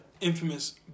infamous